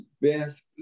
best